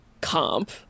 comp